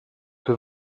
que